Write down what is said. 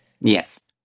Yes